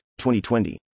2020